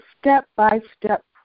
step-by-step